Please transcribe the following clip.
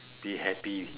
be happy